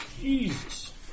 Jesus